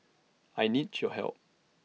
I need your help